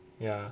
yeah